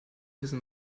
wissen